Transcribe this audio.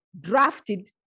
drafted